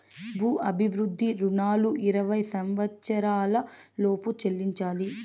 భూ అభివృద్ధి రుణాలు ఇరవై సంవచ్చరాల లోపు చెల్లించాలి